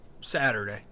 Saturday